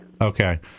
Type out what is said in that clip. Okay